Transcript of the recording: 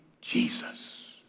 Jesus